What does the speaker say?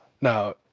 Now